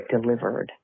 delivered